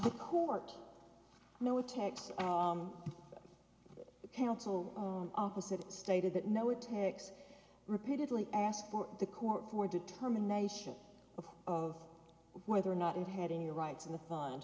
the court no attacks on the council on opposite stated that no attacks repeatedly asked the court for determination of whether or not it had any rights in the fun